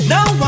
Now